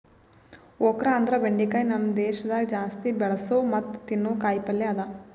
okra ಅಂದುರ್ ಬೆಂಡಿಕಾಯಿ ನಮ್ ದೇಶದಾಗ್ ಜಾಸ್ತಿ ಬೆಳಸೋ ಮತ್ತ ತಿನ್ನೋ ಕಾಯಿ ಪಲ್ಯ ಅದಾ